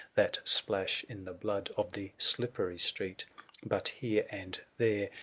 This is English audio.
that splash in the blood of the slippery street but here and there,